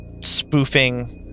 spoofing